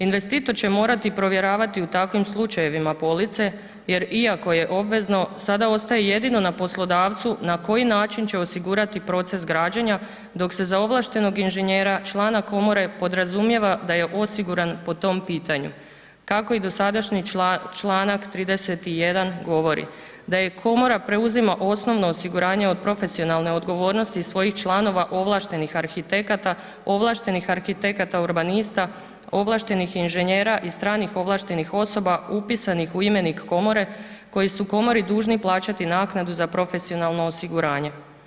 Investitor će morati provjeravati u takvim slučajevima police jer iako je obvezno sada ostaje jedino na poslodavcu na koji način će osigurati proces građenja dok se za ovlaštenog inženjera člana komore podrazumijeva da je osiguran po tom pitanju kako i dosadašnji članak 31. govori da komora preuzima osnovno osiguranje od profesionalne odgovornosti svojih članova ovlaštenih arhitekata, ovlaštenih arhitekata urbanista, ovlaštenih inženjera i stranih ovlaštenih osoba upisanih u imenik komore koji su komori dužni plaćati naknadu za profesionalno osiguranje.